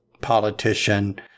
politician